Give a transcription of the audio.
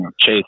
chase